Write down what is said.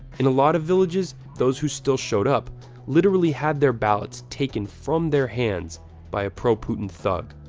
in a lot of villages, those who still showed up literally had their ballots taken from their hands by a pro-putin thug,